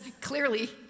clearly